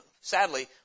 Sadly